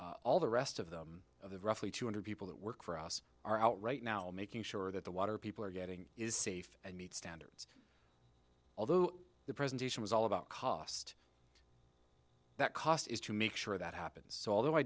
all the rest of them of the roughly two hundred people that work for us are out right now making sure that the water people are getting is safe and meet standards although the presentation was all about cost that cost is to make sure that happens although i